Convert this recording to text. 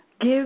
give